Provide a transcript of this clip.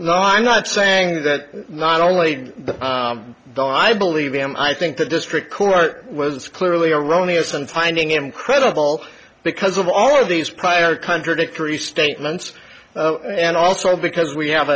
no i'm not saying that not only but i believe and i think the district court was clearly erroneous and finding him credible because of all of these prior contradictory statements and also because we have